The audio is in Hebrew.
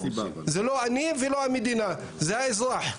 זה לא אני ולא המדינה, זה האזרח.